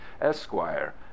esquire